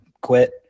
quit